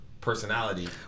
personality